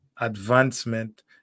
advancement